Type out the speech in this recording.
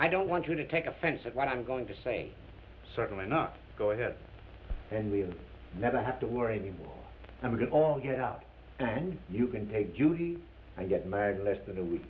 i don't want you to take offense at what i'm going to say certainly not go ahead and we'll never have to worry anymore and we can all get out and you can take judy i get mad less than a week